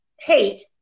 hate